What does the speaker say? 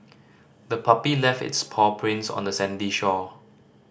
the puppy left its paw prints on the sandy shore